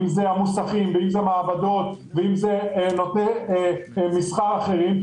אם זה המוסכים ואם זה המעבדות ואם זה עסקי מסחר אחרים,